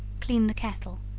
clean the kettle,